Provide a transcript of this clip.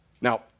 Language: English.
Now